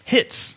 Hits